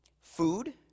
food